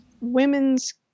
women's